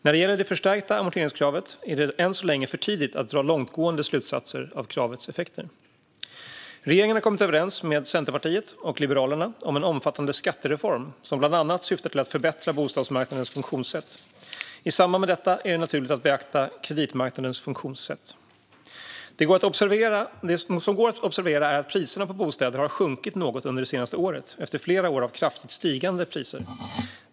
När det gäller det förstärkta amorteringskravet är det än så länge för tidigt att dra långtgående slutsatser av kravets effekter. Regeringen har kommit överens med Centerpartiet och Liberalerna om en omfattande skattereform som bland annat syftar till att förbättra bostadsmarknadens funktionssätt. I samband med detta är det naturligt att beakta kreditmarknadens funktionssätt. Det som går att observera är att priserna på bostäder har sjunkit något under det senaste året efter flera år av kraftigt stigande priser.